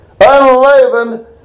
unleavened